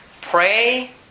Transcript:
Pray